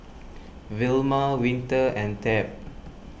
Vilma Winter and Tab